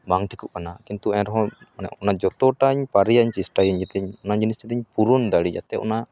ᱵᱟᱝ ᱴᱷᱤᱠᱚᱜ ᱠᱟᱱᱟ ᱠᱤᱱᱛᱩ ᱮᱱᱨᱮᱦᱚᱸ ᱚᱱᱟ ᱡᱚᱛᱚᱴᱟᱧ ᱯᱟᱨᱮᱭᱟᱜᱼᱟ ᱪᱮᱥᱴᱟᱭᱟᱹᱧ ᱡᱟᱛᱮ ᱚᱱᱟ ᱡᱤᱱᱤᱥ ᱯᱩᱨᱩᱱ ᱫᱟᱲᱮᱜ ᱡᱟᱛᱮ ᱚᱱᱟ